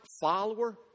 follower